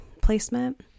placement